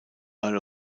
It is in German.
earl